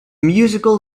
musical